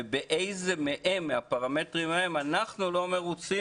ובאיזה מהפרמטרים ההם אנחנו לא מרוצים